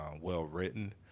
well-written